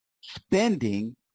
Spending